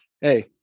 Hey